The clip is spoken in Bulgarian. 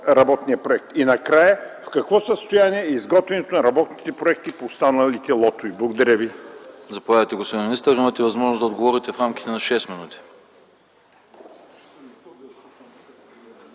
работният проект? Накрая, в какво състояние е изготвянето на работните проекти по останалите лотове? Благодаря ви.